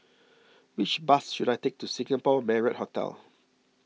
which bus should I take to Singapore Marriott Hotel